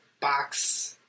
box